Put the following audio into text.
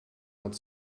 hat